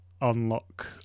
unlock